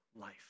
life